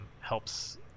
helps